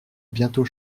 bientôt